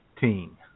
Teen